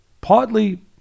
partly